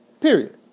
Period